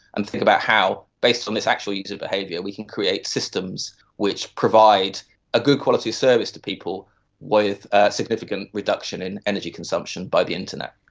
and think about how based on this actual user behaviour we can create systems which provide a good quality service to people with significant reduction in energy consumption by the internet.